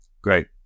Great